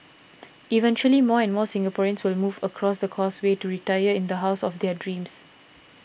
eventually more and more Singaporeans will move across the Causeway to retire in the house of their dreams